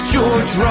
George